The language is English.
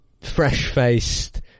fresh-faced